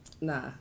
Nah